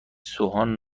سوهان